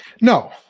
No